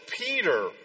Peter